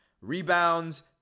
Rebounds